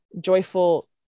joyful